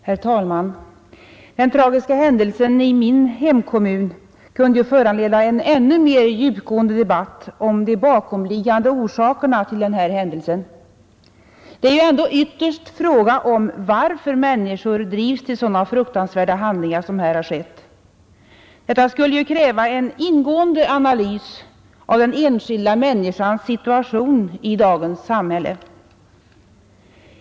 Herr talman! Den tragiska händelsen i min hemkommun kunde föranleda en ännu mer djupgående debatt om de bakomliggande orsakerna till denna händelse. Det är ju ändå ytterst fråga om varför människor drivs till sådana fruktansvärda handlingar som här har inträffat. En sådan debatt skulle kräva en ingående analys av den enskilda människans situation i dagens samhälle.